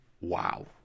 Wow